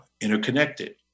interconnected